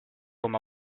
oma